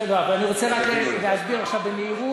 בסדר, אבל אני רוצה רק להסביר עכשיו במהירות,